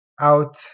out